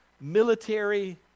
military